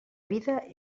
vida